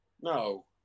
No